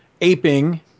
Aping